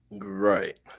right